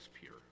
pure